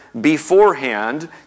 beforehand